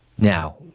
Now